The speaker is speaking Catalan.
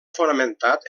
fonamentat